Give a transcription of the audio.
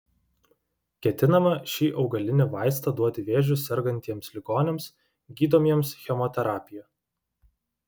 ketinama šį augalinį vaistą duoti vėžiu sergantiems ligoniams gydomiems chemoterapija